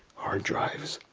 hard drives